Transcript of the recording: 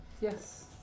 Yes